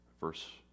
Verse